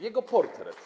Jego portret.